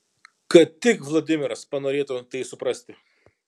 kad tik vladimiras panorėtų tai suprasti